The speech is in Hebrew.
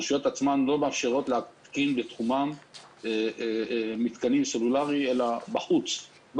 הרשויות עצמן לא מאפשרות להתקין בתחומן מתקנים סלולריים אלא בחוץ,